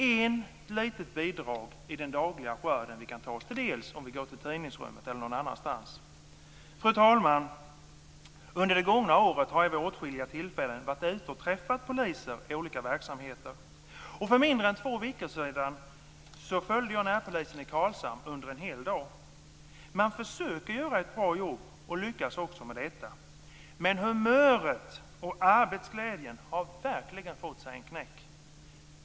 Detta var ett litet bidrag i den dagliga skörden som vi kan ta del av om vi går till tidningsrummet här i riksdagen. Fru talman! Under det gångna året har jag vid åtskilliga tillfällen träffat poliser i olika verksamheter. För mindre än två veckor sedan följde jag närpolisen i Karlshamn under en hel dag. Man försöker göra ett bra jobb och lyckas också med detta. Men humöret och arbetsglädjen har verkligen fått sig en knäck.